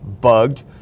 bugged